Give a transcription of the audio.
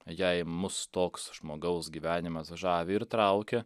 jei mus toks žmogaus gyvenimas žavi ir traukia